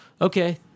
okay